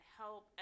help